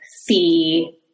see